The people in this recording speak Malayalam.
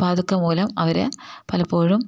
അപ്പം അതൊക്കെ മൂലം അവർ പലപ്പോഴും